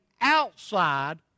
outside